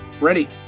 Ready